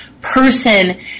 person